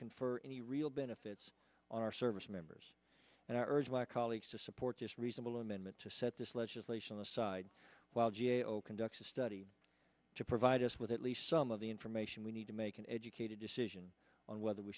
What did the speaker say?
for any real benefits on our service members and i urge my colleagues to support this reasonable amendment to set this legislation aside while g a o conduct a study to provide us with at least some of the information we need to make an educated decision on whether we